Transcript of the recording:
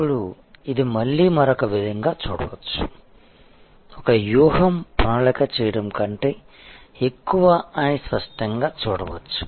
ఇప్పుడు ఇది మళ్ళీ మరొక విధంగా చూడవచ్చు ఒక వ్యూహం ప్రణాళిక చేయడం కంటే ఎక్కువ అని స్పష్టంగా చూడవచ్చు